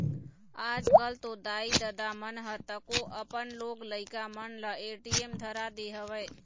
आजकल तो दाई ददा मन ह तको अपन लोग लइका मन ल ए.टी.एम धरा दे हवय